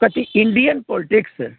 कथी Indian politics